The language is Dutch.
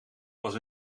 was